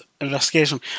investigation